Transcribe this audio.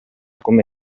come